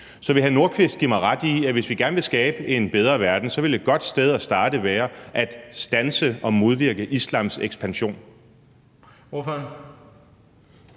Så vil hr. Rasmus Nordqvist give mig ret i, at hvis vi gerne vil skabe en bedre verden, ville et godt sted at starte være at standse og modvirke islams ekspansion?